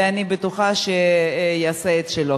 ואני בטוחה שיעשה את שלו.